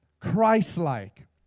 Christ-like